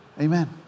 Amen